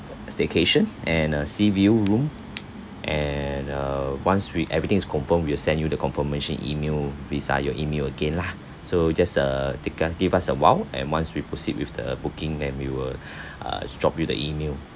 staycation and a sea view room and uh once we everything is confirm we will send you the confirmation email visa your email again lah so just uh take uh give us a while and once we proceed with the booking then we will uh drop you the email